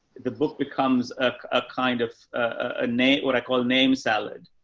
the book becomes a kind of a name, what i call name salad.